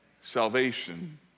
Salvation